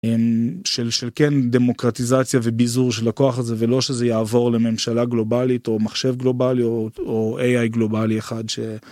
של של כן דמוקרטיזציה וביזור של הכוח הזה ולא שזה יעבור לממשלה גלובלית או מחשב גלובליו או AI גלובלי אחד ש..